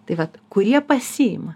tai vat kurie pasiima